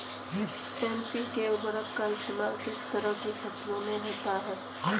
NPK उर्वरक का इस्तेमाल किस तरह की फसलों में होता है?